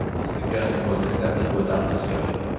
the suggestion was accepted without discussion.